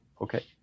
Okay